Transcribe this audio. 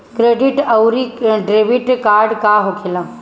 Credit आउरी debit card का होखेला?